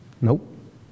Nope